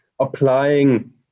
applying